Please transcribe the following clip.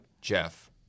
Jeff